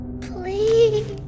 Please